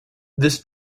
this